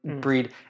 breed